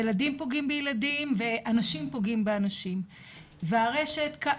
ילדים פוגעים בילדים ואנשים פוגעים באנשים וברשת יש,